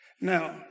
Now